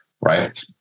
right